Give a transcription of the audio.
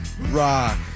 rock